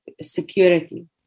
security